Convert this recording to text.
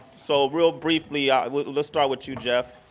so real briefly, ah let's start with you, jeff.